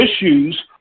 issues